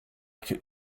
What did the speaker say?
could